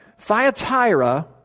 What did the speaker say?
Thyatira